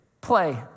play